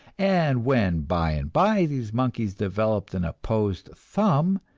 and when by and by these monkeys developed an opposed thumb,